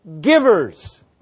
givers